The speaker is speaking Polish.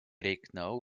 ryknął